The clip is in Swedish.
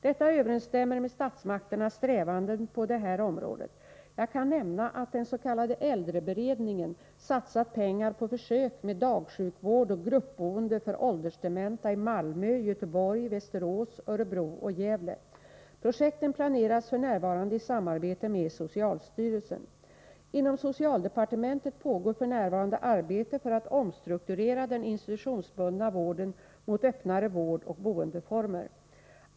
Detta överensstämmer med statsmakternas strävanden på det här området. Jag kan nämna att den s.k. äldreberedningen satsat pengar på försök med dagsjukvård och gruppboende för åldersdementa i Malmö, Göteborg, Västerås, Örebro och Gävle. Projekten planeras f.n. i samarbete med socialstyrelsen. Inom socialdepartementet pågår f. n. arbete för att omstrukturera den institutionsbundna vården mot öppnare vårdoch boendeformer.